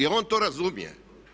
Jel on to razumije?